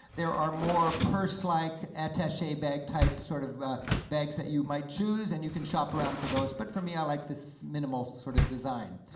there are more purse-like attache bag type sort of bags that you might choose, and you can shop around for those, but for me i like this minimal sort of design.